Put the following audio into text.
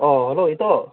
ꯑꯣ ꯍꯜꯂꯣ ꯏꯇꯥꯎ